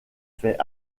fait